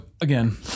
again